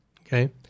Okay